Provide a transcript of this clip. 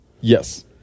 Yes